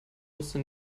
wusste